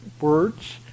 words